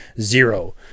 Zero